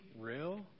real